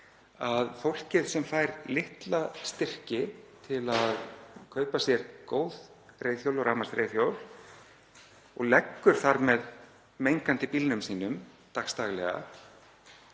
að fólkið sem fær litla styrki til að kaupa sér góð reiðhjól og rafmagnsreiðhjól, og leggur þar með mengandi bílnum sínum dagsdaglega,